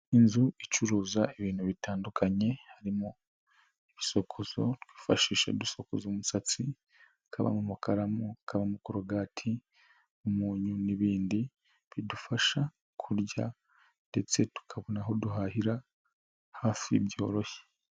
Inzu icuruza ibintu bitandukanye harimo: ibisokozo twifashisha dusokoza umusatsi, hakabamo amakaramu, hakabamo korogati, umunyu n'ibindi bidufasha kurya ndetse tukabona aho duhahira hafi byoroshye.